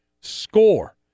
score